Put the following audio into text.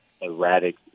erratic